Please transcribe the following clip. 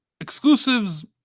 exclusives